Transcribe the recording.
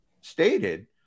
stated